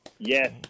Yes